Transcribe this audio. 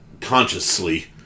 consciously